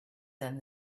than